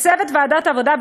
לצוות ועדת העבודה,